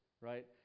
right